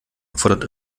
erfordert